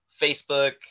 Facebook